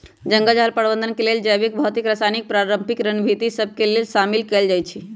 जंगल झार प्रबंधन के लेल जैविक, भौतिक, रासायनिक, पारंपरिक रणनीति सभ के शामिल कएल जाइ छइ